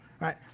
right